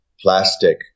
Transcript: plastic